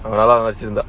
ya lah as in but